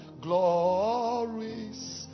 glories